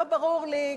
לא ברור לי,